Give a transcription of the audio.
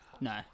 No